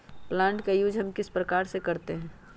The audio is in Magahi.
प्लांट का यूज हम किस प्रकार से करते हैं?